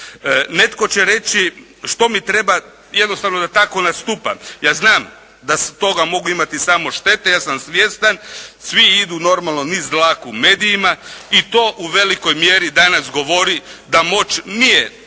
Netko će reći što mi treba, jednostavno da tako nastupam? Ja znam da se iz toga mogu imati samo štete, ja sam svjestan. Svi idu normalno niz dlaku medijima i to u velikoj mjeri danas govori da moć nije toliko